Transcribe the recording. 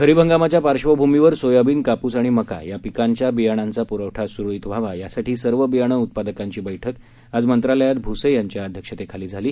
खरीप हंगामाच्या पार्श्वभूमीवर सोयाबीन कापूस आणि मका या पिकांच्या बियाण्यांचा पुरवठा सुरळीत व्हावा यासाठी सर्व बियाणे उत्पादकांची बैठक आज मंत्रालयात भूसे यांच्या अध्यक्षतेखाली झाली